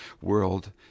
world